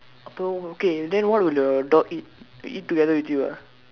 okay okay then what will the dog eat they eat together with you ah